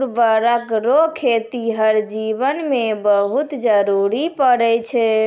उर्वरक रो खेतीहर जीवन मे बहुत जरुरी पड़ै छै